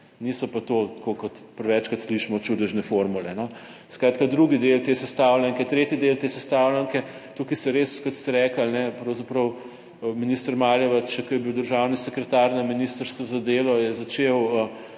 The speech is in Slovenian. niso pa to, tako kot prevečkrat slišimo, čudežne formule. Skratka, drugi del te sestavljanke. Tretji del te sestavljanke, tukaj se res, kot ste rekli, pravzaprav minister Maljevac, ko je bil državni sekretar na Ministrstvu za delo, je začel